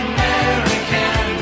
American